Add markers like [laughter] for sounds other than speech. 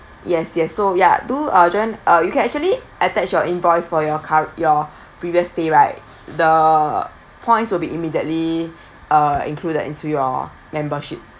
yes yes so ya do uh join uh you can actually attach your invoice for your cur~ your [breath] previous stay right the points will be immediately [breath] uh included into your membership